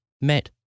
met